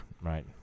Right